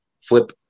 flip